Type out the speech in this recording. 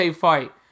fight